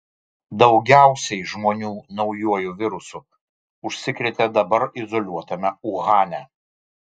daugiausiai žmonių naujuoju virusu užsikrėtė dabar izoliuotame uhane